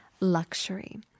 luxury